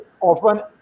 often